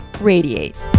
Radiate